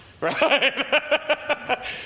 Right